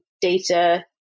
data